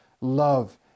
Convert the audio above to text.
love